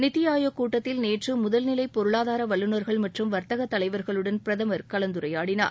நித்தி ஆயோக் கூட்டத்தில் நேற்று முதல்நிலை பொருளாதார வல்லுநர்கள் மற்றும் வர்த்தக தலைவர்களுடன் பிரதமர் கலந்துரையாடினார்